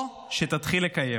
או שתתחיל לקיים.